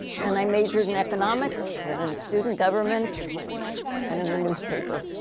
and i majored in economics and in student government and in the newspaper.